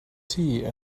tea